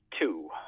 two